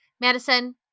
Madison